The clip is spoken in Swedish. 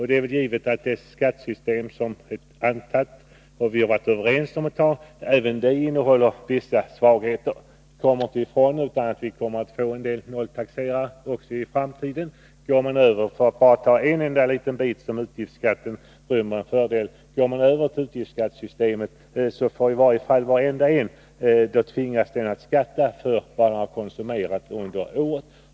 Det är givet att det skattesystem som har antagits och som vi varit överens om att anta även det innehåller vissa svagheter. Jag kommer inte ifrån att vi nog får en del nolltaxerare också i framtiden. För att bara ta en enda liten bit där utgiftsskattesystemet rymmer en fördel: Går man över till utgiftsskatt så tvingas i varje fall varenda en att skatta för vad han har konsumerat under året.